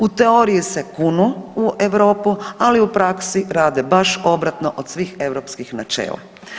U teoriji se kunu u Europu, ali u praksi rade baš obratno od svih europskih načela.